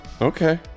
Okay